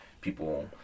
people